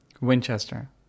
Winchester